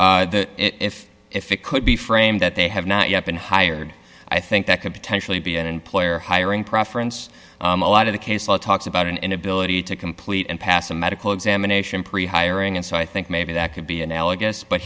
if if if it could be framed that they have not yet been hired i think that could potentially be an employer hiring preference a lot of the case law talks about an inability to complete and pass a medical examination pre hiring and so i think maybe that could be analogous but